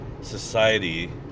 society